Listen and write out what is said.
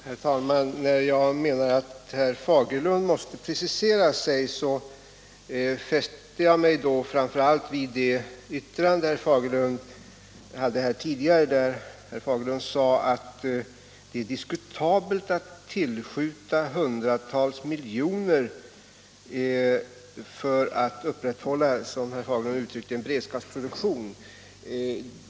Herr talman! När jag sade att herr Fagerlund måste precisera sig fäste jag mig framför allt vid hans tidigare yttrande att det är diskutabelt att tillskjuta hundratals miljoner för att, som han uttryckte sig, upprätthålla en beredskapsproduktion.